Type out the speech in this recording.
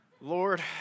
Lord